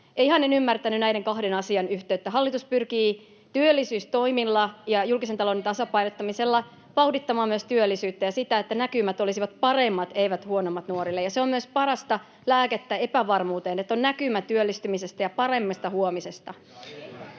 Ihan en ymmärtänyt näiden kahden asian yhteyttä. Hallitus pyrkii työllisyystoimilla ja julkisen talouden tasapainottamisella vauhdittamaan myös työllisyyttä ja sitä, että näkymät olisivat nuorille paremmat, eivät huonommat. Ja se on myös parasta lääkettä epävarmuuteen, että on näkymä työllistymisestä ja paremmasta huomisesta.